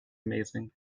amazing